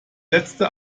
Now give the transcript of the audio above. letzte